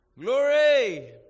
Glory